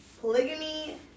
polygamy